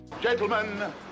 gentlemen